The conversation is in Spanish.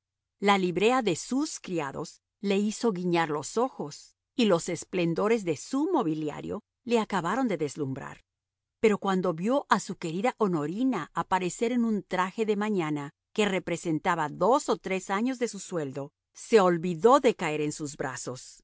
la librea de sus criados le hizo guiñar los ojos y los esplendores de su mobiliario le acabaron de deslumbrar pero cuando vio a su querida honorina aparecer en un traje de mañana que representaba dos o tres años de su sueldo se olvidó de caer en sus brazos